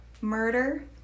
murder